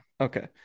Okay